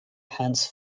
hans